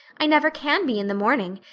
i never can be in the morning.